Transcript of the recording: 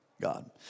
God